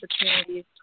opportunities